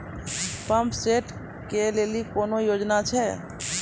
Pump set केलेली कोनो योजना छ?